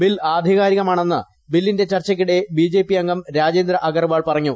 bill ആധികാരികമാണെന്ന് നീതി ബിലിന്റെ ചർച്ചയ്ക്കിടെ ബിജെപി അംഗം രാജേന്ദ്ര അഗർവാൾ പറഞ്ഞു